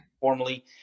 formally